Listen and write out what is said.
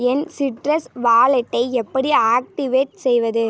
என் Citrus வாலெட்டை எப்படி activate செய்வது